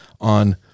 on